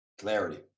Clarity